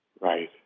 Right